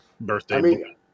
birthday